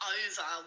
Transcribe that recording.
over